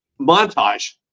montage